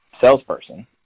salesperson